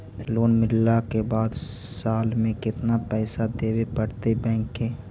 Loan मिलला के बाद साल में केतना पैसा देबे पड़तै बैक के?